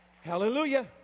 Hallelujah